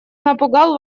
напугал